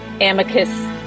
Amicus